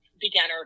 beginner